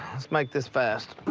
let's make this fast.